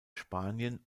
spanien